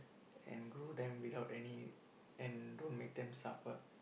and grow then without any and don't make them suffer